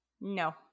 No